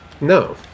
No